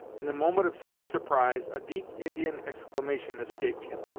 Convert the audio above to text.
in the moment of sudden surprise, a deep indian exclamation escaped him.